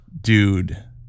dude